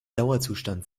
dauerzustand